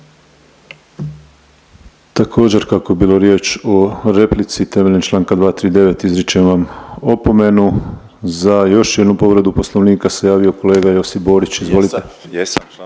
Također kako je bila riječ o replici temeljem čl. 239. izričem vam opomenu. Za još jednu povredu Poslovnika se javio kolega Josip Borić, izvolite.